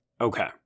okay